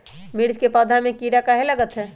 मिर्च के पौधा में किरा कहे लगतहै?